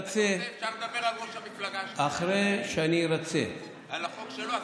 אפשר לדבר על ראש המפלגה שלך, על החוק שלו.